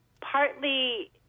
Partly